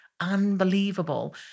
Unbelievable